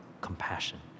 compassion